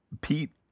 Pete